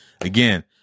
again